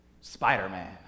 Spider-Man